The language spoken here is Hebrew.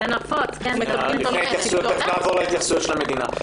תיכף נעבור להתייחסויות של המדינה.